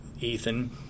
Ethan